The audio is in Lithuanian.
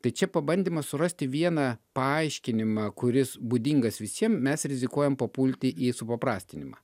tai čia pabandymas surasti vieną paaiškinimą kuris būdingas visiem mes rizikuojam papulti į supaprastinimą